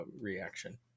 reaction